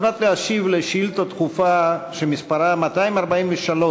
על מנת להשיב על שאילתה דחופה שמספרה 243,